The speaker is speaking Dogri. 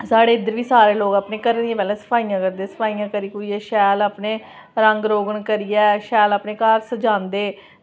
साढ़े इद्धर बी सारे लोग घरै दी पैह्लें सफाइयां करदे सफाइयां करियै शैल अपने रंग रोगन करियै शैल अपने घर रंगांदे